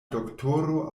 doktoro